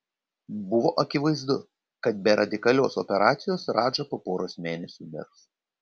buvo akivaizdu kad be radikalios operacijos radža po poros mėnesių mirs